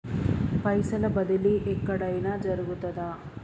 పైసల బదిలీ ఎక్కడయిన జరుగుతదా?